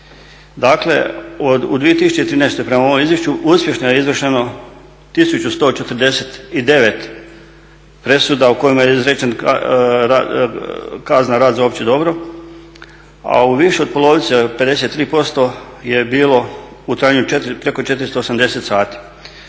Dakle u 2013. prema ovom izvješću uspješno je izvršeno 1149 presuda u kojima je izrečena kazna rad za opće dobro a u više od polovice 53% je bilo u trajanju preko 480 sati.